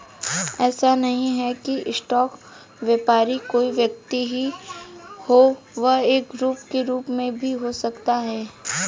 ऐसा नहीं है की स्टॉक व्यापारी कोई व्यक्ति ही हो वह एक ग्रुप के रूप में भी हो सकता है